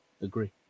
Agree